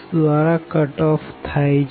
દ્વારા cut off થાય છે